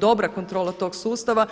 dobra kontrola tog sustava.